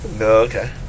okay